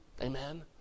Amen